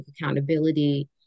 accountability